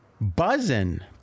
Buzzing